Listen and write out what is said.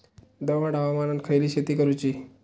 दमट हवामानात खयली शेती करूची?